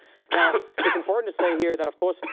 now, it's important to say here that, of course,